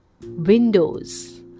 windows